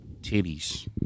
titties